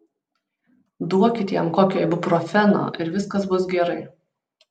duokit jam kokio ibuprofeno ir viskas bus gerai